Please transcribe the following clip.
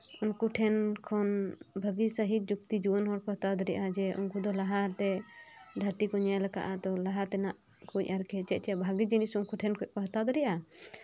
ᱩᱱᱠᱩ ᱴᱷᱮᱱ ᱠᱷᱚᱱ ᱵᱷᱟᱹᱜᱤ ᱥᱟᱹᱦᱤᱡ ᱡᱩᱠᱛᱤ ᱡᱩᱣᱟᱹᱱ ᱦᱚᱲ ᱠᱚ ᱦᱟᱛᱟᱣ ᱫᱟᱲᱮᱭᱟᱼᱟ ᱡᱮ ᱩᱱᱠᱩ ᱫᱚ ᱞᱟᱦᱟᱛᱮ ᱫᱷᱟᱹᱨᱛᱤ ᱠᱚ ᱧᱮᱞ ᱟᱠᱟᱫᱼᱟ ᱡᱮ ᱞᱟᱦᱟ ᱛᱮᱱᱟᱜ ᱠᱷᱚᱱ ᱟᱨᱠᱤ ᱪᱮᱫ ᱪᱮᱫ ᱵᱷᱟᱹᱜᱤ ᱡᱤᱱᱤᱥ ᱩᱱᱠᱩ ᱴᱷᱮᱱ ᱠᱷᱚᱱ ᱠᱚ ᱦᱟᱛᱟᱣ ᱫᱟᱲᱮᱭᱟᱜᱼᱟ